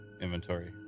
inventory